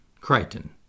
Crichton